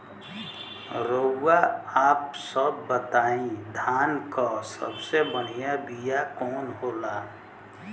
रउआ आप सब बताई धान क सबसे बढ़ियां बिया कवन होला?